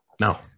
No